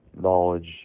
knowledge